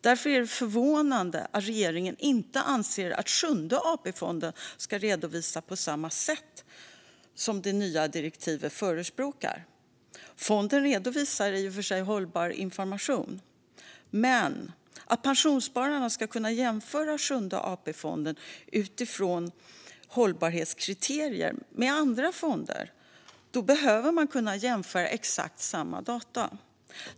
Därför är det förvånande att regeringen inte anser att Sjunde AP-fonden ska redovisa på samma sätt som det nya direktivet förespråkar. Fonden redovisar i och för sig information om hållbarhet. Men för att pensionsspararna ska kunna jämföra Sjunde AP-fonden utifrån hållbarhetskriterier med andra fonder behöver de kunna jämföra exakt samma data.